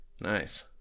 Nice